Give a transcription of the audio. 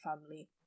family